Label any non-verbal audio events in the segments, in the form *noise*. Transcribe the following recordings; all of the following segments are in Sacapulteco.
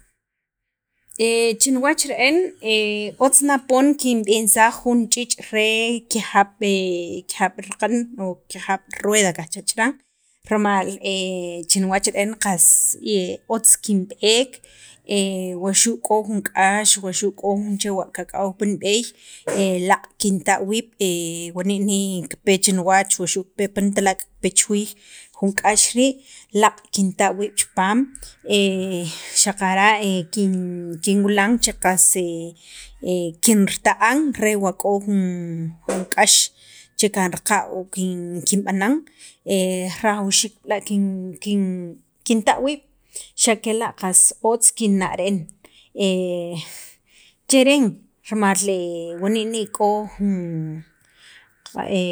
*noise* *hesitation* chi niwach re'en, otz na poon kinb'insaj jun ch'iich' re kijab' raqan o kijab' rueda qajcha' chiran rimal *hesitation* chi niwach re'en qas *hesitation* otz kinb'eek *hesitation* waxu' k'o jun k'ax wuxu' k'o jun chewa' kak'aw pi nib'eey, *hesitation* laaq' kinta' wiib' wani' ne kipe chi niwach, wuxu' kipe pi nitalak', kipe chuwiij jun k'ax rii' laaq' kinta' wiib' chipaam *hesitation* xaqara' kin kinwilan che qas kinrita'an re wa k'o jun *noise* k'ax che kanraqa' o kinb'anan *hesitation* rajawxiik b'la' kinta' wiib' xa' kela' qas otz kinna' re'en, cheren rimal *hesitation* wani' ne k'o jun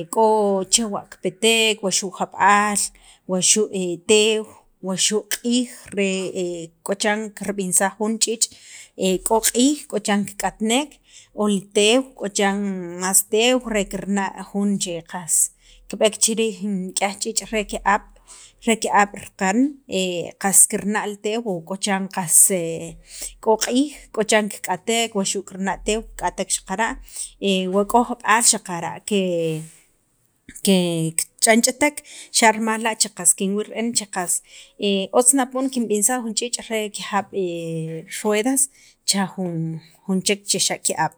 *hesitation* k'o chewa' kipetek waxu' jab'al, waxu' teew, waxu' q'iij re *hesitation* k'o chiran kirb'insaj jun ch'iich' e k'o q'iij k'o chiran kik'atnek o li tew k'o chan más tew kirna' jun che qas kib'ej chi riij nik'yaj ch'iich' re ki'ab' raqan qas kirna' li tew qas k'o q'iij waxu' kirna' teew kiq'atek xaqara' *hesitation* k'o jab'al xaqara' qe ch'anch'atek xa' rimal la' kinwil re'en che qas otz na pon kinb'insaj jun ch'iich' che kijab' ruedas chuwach jun chek xa' ke'ab'.